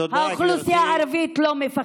תודה, גברתי.